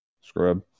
Scrub